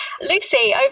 Lucy